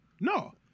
No